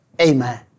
Amen